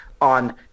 on